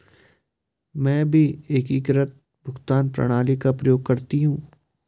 मैं भी एकीकृत भुगतान प्रणाली का प्रयोग करती हूं